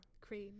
Cream